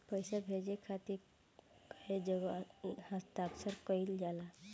पैसा भेजे के खातिर कै जगह हस्ताक्षर कैइल जाला?